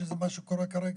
שזה מה שקורה כרגע.